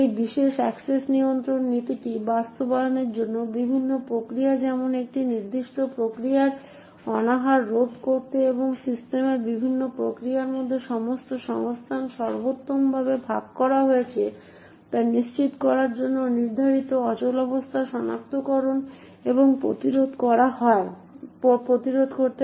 এই বিশেষ অ্যাক্সেস নিয়ন্ত্রণ নীতিটি বাস্তবায়নের জন্য বিভিন্ন প্রক্রিয়া যেমন একটি নির্দিষ্ট প্রক্রিয়ার অনাহার রোধ করতে এবং সিস্টেমের বিভিন্ন প্রক্রিয়ার মধ্যে সমস্ত সংস্থান সর্বোত্তমভাবে ভাগ করা হয়েছে তা নিশ্চিত করার জন্য নির্ধারিত অচলাবস্থা সনাক্তকরণ এবং প্রতিরোধ ব্যবহার করা হয়